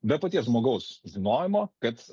be paties žmogaus žinojimo kad